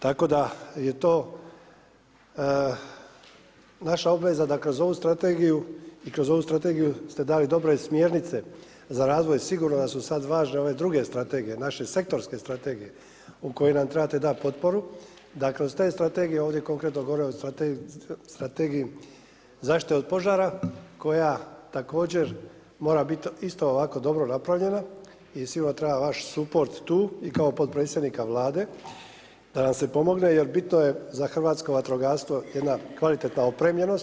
Tako da je to naša obveza da kroz ovu strategiju i kroz ovu strategiju ste dali dobre smjernice za razvoj sigurno da su važne sada ove druge strategije, naše sektorske strategije u koju nam trebate dati potporu, da kroz te strategije ovdje konkretno govorimo o Strategiji zaštite od požara koja također mora biti isto ovako dobro napravljena i sigurno treba vaš suport tu i kao potpredsjednika Vlada da nam se pomogne jer bitno je za hrvatsko vatrogastvo jedna kvalitetna opremljenost.